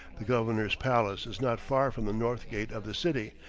the governor's palace is not far from the north gate of the city,